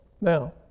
now